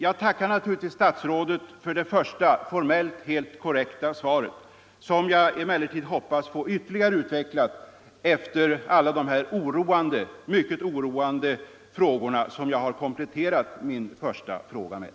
Jag tackar naturligtvis statsrådet för det första, formellt helt korrekta svaret, som jag emellertid hoppas få ytterligare utvecklat efter de mycket oroande frågor som jag nu kompletterat min första fråga med.